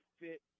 fit